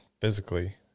physically